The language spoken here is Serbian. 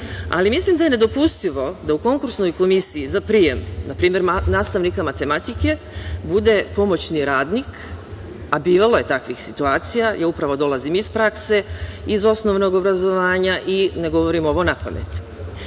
ali mislim da je nedopustivo da u konkursnoj komisiji za prijem, na primer, nastavnika matematike, bude pomoćni radnik, a bivalo je takvih situacija, ja upravo dolazim iz prakse, iz osnovnog obrazovanja i ne govorim ovo napamet. Smatram